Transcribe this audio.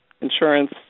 insurance